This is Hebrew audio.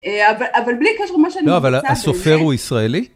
אבל בלי קשר, מה שאני רוצה... לא, אבל הסופר הוא ישראלי?